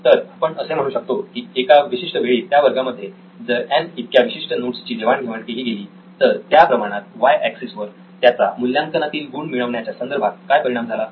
तर आपण असे म्हणू शकतो की एका विशिष्ट वेळी त्या वर्गामध्ये जर एन इतक्या विशिष्ट नोट्स ची देवाण घेवाण केली गेली तर त्या प्रमाणात वाय एक्सिस वर त्याचा मूल्यांकनातील गुण मिळविण्याच्या संदर्भात काय परिणाम झाला